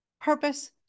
purpose